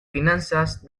finanzas